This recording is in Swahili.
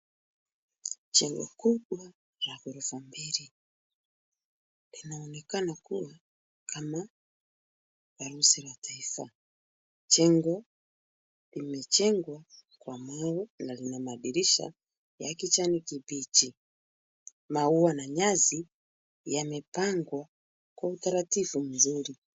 Jengo kubwa la ghorofa mbili linaonekana kuwa kama la msingi wa taifa. Jengo imejengwa kwa mawe na lina madirisha ya kijani kibichi. Maua na nyasi yamepangwa kwa utaratibu mzuri.